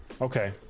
Okay